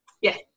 Yes